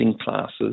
classes